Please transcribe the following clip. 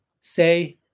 say